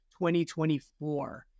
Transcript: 2024